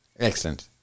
Excellent